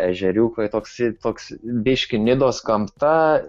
ežeriukai toks toks biškį nidos gamta